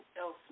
else